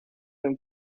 them